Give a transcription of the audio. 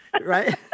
Right